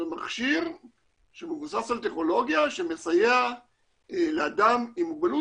מכשיר שמבוסס על טכנולוגיה שמסייע לאדם עם מוגבלות